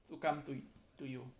to come to to you